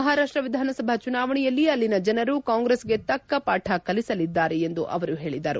ಮಹಾರಾಷ್ಟ ವಿಧಾನಸಭಾ ಚುನಾವಣೆಯಲ್ಲಿ ಅಲ್ಲಿನ ಜನರು ಕಾಂಗ್ರೆಸ್ಗೆ ತಕ್ಕ ಪಾಠ ಕಲಿಸಲಿದ್ದಾರೆ ಎಂದು ಅವರು ಹೇಳಿದರು